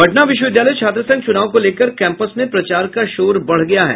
पटना विश्वविद्यालय छात्रसंघ चुनाव को लेकर कैंपस में प्रचार का शोर बढ़ गया है